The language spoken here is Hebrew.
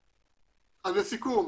לסיכום,